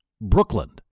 Brooklyn